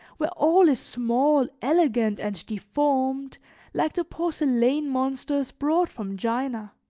where all is small, elegant and deformed like the porcelain monsters brought from china